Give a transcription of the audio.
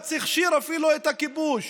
בג"ץ הכשיר אפילו את הכיבוש,